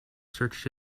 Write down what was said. searched